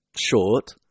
short